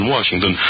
Washington